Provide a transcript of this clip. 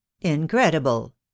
Incredible